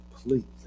completely